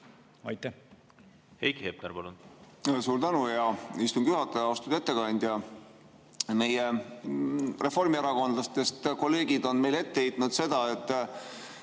Aitäh!